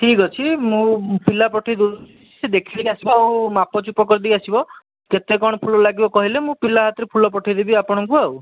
ଠିକ୍ ଅଛି ମୁଁ ପିଲା ପଠେଇ ଦେଉଛି ସେ ଦେଖିଦେଇ କି ଆସିବ ଆଉ ମାପ ଯୁପ କରି ଦେଇକି ଆସିବ କେତେ କଣ ଫୁଲ ଲାଗିବ କହିଲେ ମୁଁ ପିଲା ହାତରେ ଫୁଲ ପଠେଇ ଦେବି ଆପଣଙ୍କୁ ଆଉ